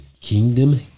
Kingdom